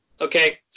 okay